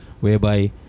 Whereby